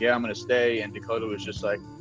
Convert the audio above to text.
yeah i'm going to stay. and dakota was just like,